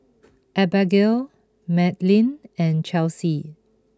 Abagail Madlyn and Chelsey